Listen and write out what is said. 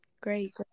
great